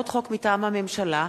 מטעם הממשלה: